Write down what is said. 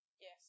Yes